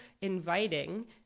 inviting